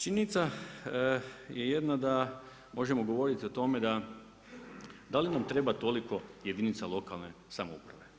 Činjenica je jedna da možemo govoriti o tome da, da li nam treba toliko jedinica lokalne samouprave.